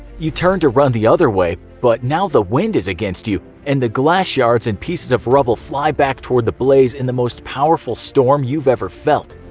you turn to run the other way, but now the wind is against you, and the glass shards and pieces of rubble fly back toward the blaze in the most powerful storm you've ever felt.